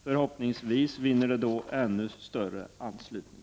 Förhoppningsvis vinner våra förslag då ännu större anslutning.